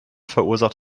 verursacht